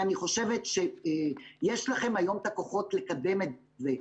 אני חושבת שיש לכם היום את הכוחות לקדם את זה.